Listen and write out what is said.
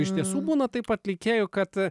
iš tiesų būna taip atlikėjui kad